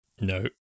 no